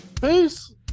Peace